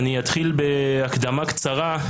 אתחיל בהקדמה קצרה.